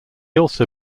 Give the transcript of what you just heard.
also